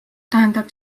tähendab